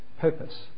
purpose